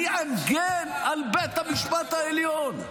אני אגן על בית המשפט העליון.